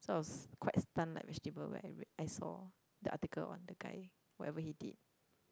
so I was llike quite stun like vegetable when I re~ I saw the article on the guy whatever he did